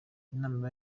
inama